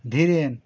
Dhiren